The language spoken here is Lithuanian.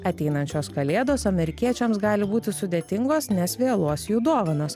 ateinančios kalėdos amerikiečiams gali būti sudėtingos nes vėluos jų dovanos